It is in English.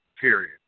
period